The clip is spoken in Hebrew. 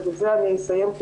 ובזה אני אסיים,